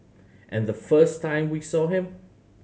and the first time we saw him